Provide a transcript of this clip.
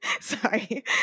Sorry